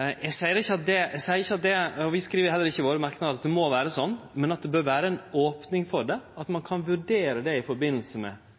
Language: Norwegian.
Eg seier ikkje, og vi skriv heller ikkje i våre merknader, at det må vere sånn, men at det bør vere ei opning for at ein kan vurdere det i samband med